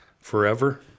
Forever